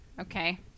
Okay